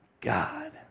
God